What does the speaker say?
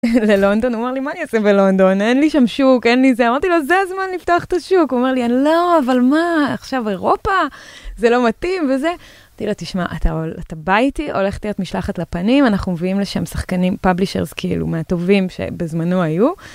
ללונדון, הוא אמר לי, מה אני אעשה בלונדון, אין לי שם שוק, אין לי זה, אמרתי לו, זה הזמן לפתוח את השוק, הוא אמר לי, אני לא, אבל מה, עכשיו אירופה, זה לא מתאים, וזה. תראי, תשמע, אתה בא איתי, הולכת להיות משלחת לפנים, אנחנו מביאים לשם שחקנים, פאבלישרס, כאילו, מהטובים שבזמנו היו.